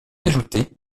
ajouté